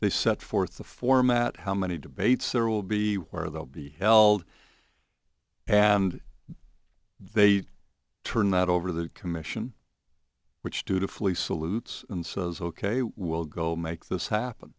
they set forth the format how many debates there will be where they'll be held and they turn that over the commission which to to flee salutes and says ok we will go make this happen